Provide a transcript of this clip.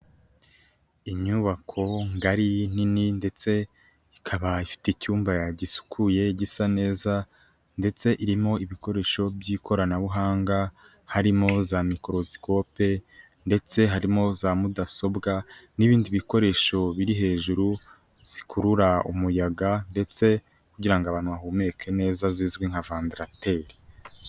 Inyubako ngari nini ndetse ikaba ifite icyumba gisukuye gisa neza ndetse irimo ibikoresho by'ikoranabuhanga, harimo za mikorosikope ndetse harimo za mudasobwa n'ibindi bikoresho biri hejuru, zikurura umuyaga ndetse kugira ngo abantu bahumeke neza zizwi nka vandarateri.